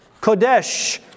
Kodesh